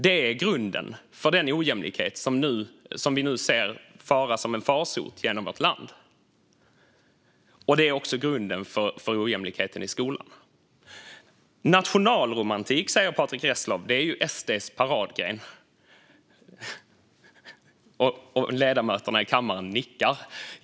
Det är grunden för den ojämlikhet som vi nu ser fara som en farsot genom vårt land, och det är också grunden för ojämlikheten i skolan. Nationalromantik, säger Patrick Reslow. Det är SD:s paradgren. Ledamöterna i kammaren nickar.